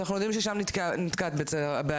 שאנחנו יודעים ששם נתקעת הבעיה,